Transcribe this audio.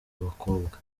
bakobwa